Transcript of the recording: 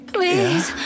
Please